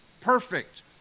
perfect